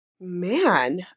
Man